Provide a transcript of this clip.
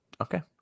Okay